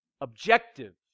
Objective